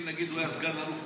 אם נגיד הוא היה סגן אלוף,